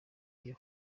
iyo